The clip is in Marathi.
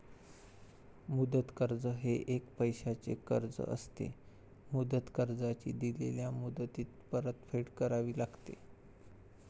मुदत कर्ज हे एक पैशाचे कर्ज असते, मुदत कर्जाची दिलेल्या मुदतीत परतफेड करावी लागते